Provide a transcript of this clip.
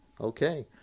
Okay